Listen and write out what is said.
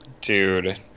Dude